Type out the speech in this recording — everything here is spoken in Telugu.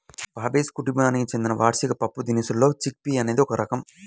ఫాబేసి కుటుంబానికి చెందిన వార్షిక పప్పుదినుసుల్లో చిక్ పీ అనేది ఒక రకం